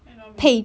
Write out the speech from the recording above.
enemy